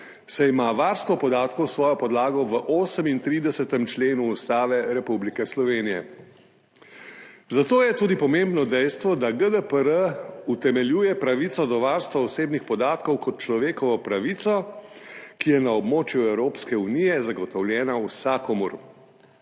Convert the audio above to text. saj ima varstvo podatkov svojo podlago v 38. členu Ustave Republike Slovenije, zato je pomembno tudi dejstvo, da GDPR utemeljuje pravico do varstva osebnih podatkov kot človekovo pravico, ki je na območju Evropske unije zagotovljena vsakomur.